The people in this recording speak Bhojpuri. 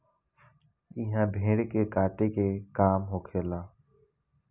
इहा भेड़ के काटे के काम होखेला